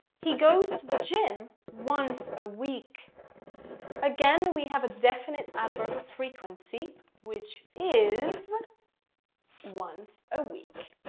he goes to the gym once a week again we have a definite adverb of frequency which is once a week.